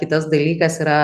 kitas dalykas yra